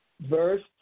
verse